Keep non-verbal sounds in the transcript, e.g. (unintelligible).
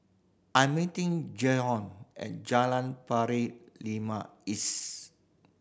I'm meeting Jaydon at Jalan Pari (unintelligible) east